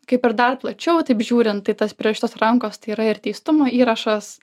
kaip ir dar plačiau taip žiūrint tai tas prirašytos rankos tai yra ir teistumo įrašas